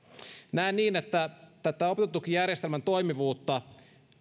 näen niin että opintotukijärjestelmän toimivuutta